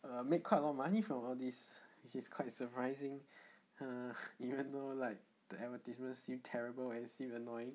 err make quite lot money from all these it is quite surprising ah even though like the advertisement seem terrible and seem annoying